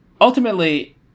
ultimately